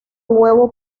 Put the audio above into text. huevo